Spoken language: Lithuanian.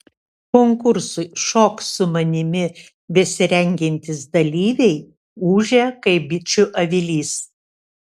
konkursui šok su manimi besirengiantys dalyviai ūžia kaip bičių avilys